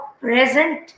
present